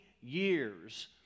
years